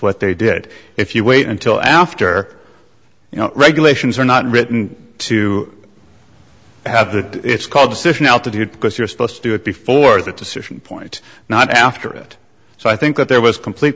what they did if you wait until after you know regulations are not written to have the it's called decision altitude because you're supposed to do it before that decision point not after it so i think that there was complete